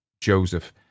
Joseph